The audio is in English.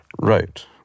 right